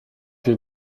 wie